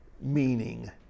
meaning